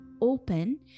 open